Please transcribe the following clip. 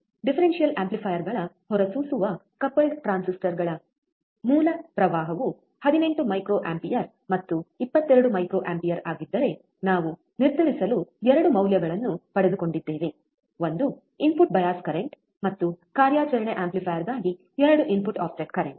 differential ಆಂಪ್ಲಿಫೈಯರ್ಗಳ ಹೊರಸೂಸುವ coupled ಟ್ರಾನ್ಸಿಸ್ಟರ್ಗಳ ಮೂಲ ಪ್ರವಾಹವು 18 ಮೈಕ್ರೋ ಆಂಪಿಯರ್ ಮತ್ತು 22 ಮೈಕ್ರೊ ಆಂಪಿಯರ್ ಆಗಿದ್ದರೆ ನಾವು ನಿರ್ಧರಿಸಲು 2 ಮೌಲ್ಯಗಳನ್ನು ಪಡೆದುಕೊಂಡಿದ್ದೇವೆ ಒಂದು ಇನ್ಪುಟ್ ಬಯಾಸ್ ಕರೆಂಟ್ ಮತ್ತು ಕಾರ್ಯಾಚರಣೆ ಆಂಪ್ಲಿಫೈಯರ್ಗಾಗಿ 2 ಇನ್ಪುಟ್ ಆಫ್ಸೆಟ್ ಕರೆಂಟ್